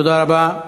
תודה רבה.